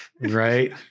right